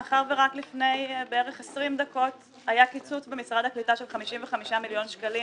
מאחר ורק לפני בערך 20 דקות היה קיצוץ במשרד הקליטה של 55 מיליון שקלים